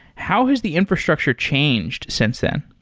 how has the infrastructure changed since then?